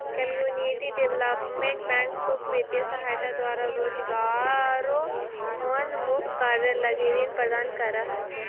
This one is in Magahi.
कम्युनिटी डेवलपमेंट बैंक सुख वित्तीय सहायता द्वारा रोजगारोन्मुख कार्य लगी ऋण प्रदान करऽ हइ